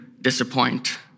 disappoint